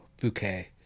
bouquet